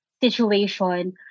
situation